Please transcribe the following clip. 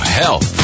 health